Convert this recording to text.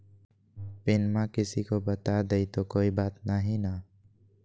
पिनमा किसी को बता देई तो कोइ बात नहि ना?